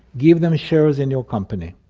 give them shares in your company,